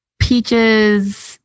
peaches